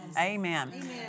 Amen